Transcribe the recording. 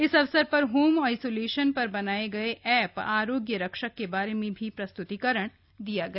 इस अवसर पर होम आइसोलेशन पर बनाये गये एप आरोग्य रक्षक के बारे में प्रस्तुतीकरण भी दिया गया